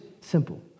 simple